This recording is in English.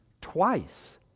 twice